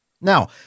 Now